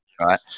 Right